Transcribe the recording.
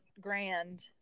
Grand